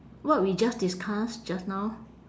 what we just discuss just now